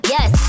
Yes